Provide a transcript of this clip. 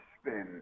spin